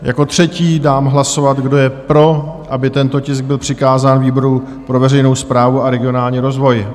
Jako třetí dám hlasovat kdo je pro, aby tento tisk byl přikázán výboru pro veřejnou správu a regionální rozvoj?